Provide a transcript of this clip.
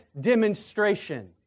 demonstration